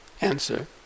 answer